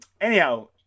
Anyhow